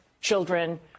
children